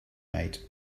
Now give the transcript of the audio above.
mate